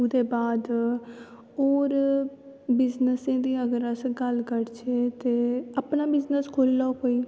ओह्दै बाद होर बिजनसें दी अगर अस गल्ल करचै ते अपना बिजनस खोली लैओ कोई